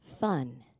fun